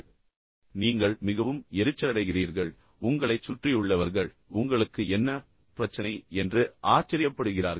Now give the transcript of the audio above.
நீங்கள் மிகவும் எரிச்சலடைகிறீர்கள் பின்னர் நீங்கள் அந்த நபரை எரிச்சலடையச் செய்கிறீர்கள் உங்களைச் சுற்றியுள்ளவர்கள் உங்களுக்கு என்ன பிரச்சனை என்று ஆச்சரியப்படுகிறார்கள்